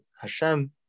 Hashem